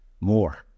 more